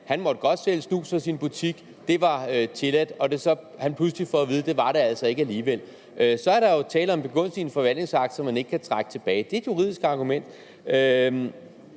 han godt måtte sælge snus i sin butik, at det var tilladt, og han så pludselig fik at vide, at det var det altså ikke alligevel, så er der jo tale om en begunstigende forvaltningsakt, som man ikke kan trække tilbage. Det er et juridisk argument.